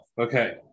Okay